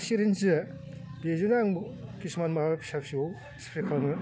चिरिन्सजों बेजोंनो आं खिसुमान माबा फिसा फिसौ स्प्रे खालामो